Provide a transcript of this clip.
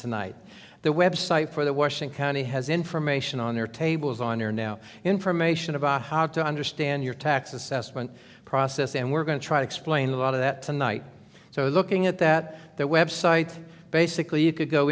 tonight the website for the washing county has information on their tables on there now information about how to understand your tax assessment process and we're going to try to explain a lot of that tonight so looking at that that web site basically you could go